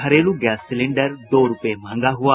घरेलू gas cylinder दो रूपये महंगा हुआ